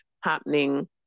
happening